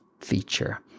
feature